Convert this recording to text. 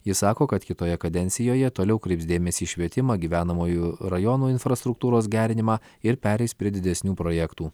jis sako kad kitoje kadencijoje toliau kreips dėmesį į švietimą gyvenamųjų rajonų infrastruktūros gerinimą ir pereis prie didesnių projektų